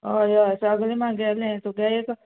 हय हय सगलें म्हागेलें तुगे एक